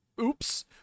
Oops